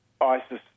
ISIS